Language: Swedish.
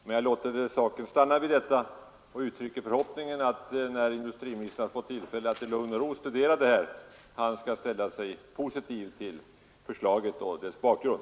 Men jag låter saken stanna vid detta och uttrycker förhoppningen att industriministern, när han fått tillfälle att i lugn och ro studera det, skall ställa sig positiv till förslaget och dess bakgrund.